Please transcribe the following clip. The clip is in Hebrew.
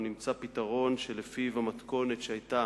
או נמצא פתרון שלפיו המתכונת שהיתה